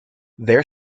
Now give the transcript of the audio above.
their